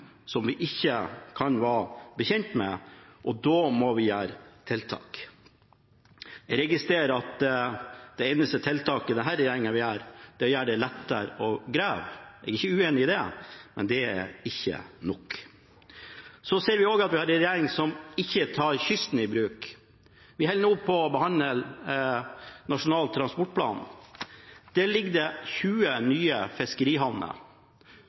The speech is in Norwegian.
som vi ikke kan være bekjent av, og da må vi gjøre tiltak. Jeg registrerer at det eneste tiltaket denne regjeringen vil gjøre, er å gjøre det lettere å grave. Jeg er ikke uenig i det, men det er ikke nok. Vi ser også at vi har en regjering som ikke tar kysten i bruk. Vi holder nå på å behandle Nasjonal transportplan. Der ligger det 20 nye fiskerihavner.